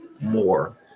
more